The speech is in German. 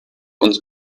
uns